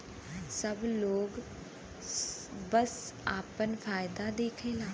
सब लोग बस आपन फायदा देखला